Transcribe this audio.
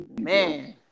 Man